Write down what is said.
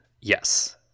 Yes